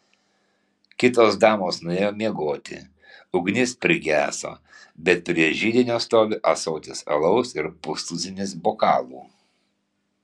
kitos damos nuėjo miegoti ugnis prigeso bet prie židinio stovi ąsotis alaus ir pustuzinis bokalų